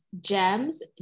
gems